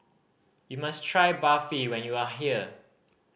you must try Barfi when you are here